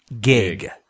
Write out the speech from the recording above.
gig